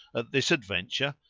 at this adventure,